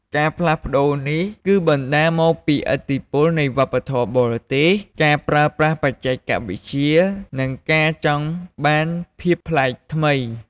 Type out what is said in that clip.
ការផ្លាស់ប្ដូរនេះគឺបណ្ដាលមកពីឥទ្ធិពលនៃ វប្បធម៌បរទេស ការប្រើប្រាស់បច្ចេកវិទ្យា និងការចង់បានភាពប្លែកថ្មី។